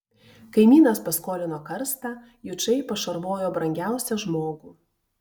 kaimynas paskolino karstą jučai pašarvojo brangiausią žmogų